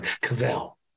Cavell